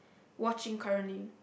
watching currently